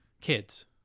kids